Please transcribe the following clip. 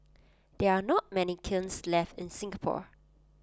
there are not many kilns left in Singapore